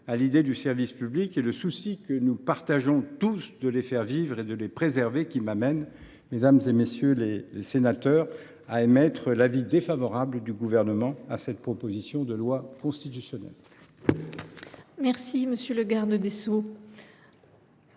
à l’idée du service public et le souci que nous partageons tous de les faire vivre et de les préserver qui m’amène, mesdames, messieurs les sénateurs, à exprimer l’avis défavorable du Gouvernement sur cette proposition de loi constitutionnelle. La parole est à M.